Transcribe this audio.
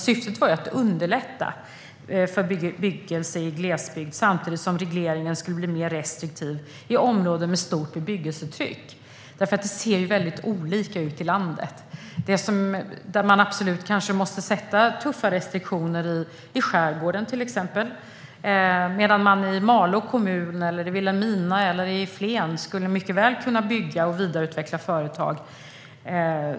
Syftet var att underlätta för bebyggelse i glesbygd samtidigt som regleringen skulle vara mer restriktiv i områden med stort bebyggelsetryck. Det ser väldigt olika ut i landet. I till exempel skärgården måste man ha tuffa restriktioner medan man i Malå, Vilhelmina eller Flen mycket väl skulle kunna bygga och vidareutveckla företag.